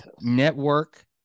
network